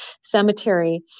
cemetery